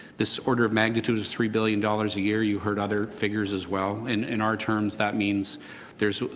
this order of magnitude is three billion dollars a year. you heard other figures as well. in in our terms that means there's